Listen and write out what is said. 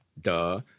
Duh